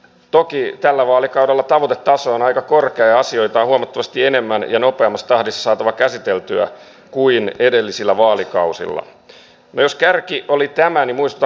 nokia tällä vaalikaudella tavoitetaso on aika korkea ja asioita kun nämä lapset keskellä vuotta tulevat sinne kouluihin nyt heidät sitten lasketaan mukaan siihen rahoitukseen